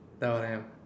now I am